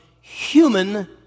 human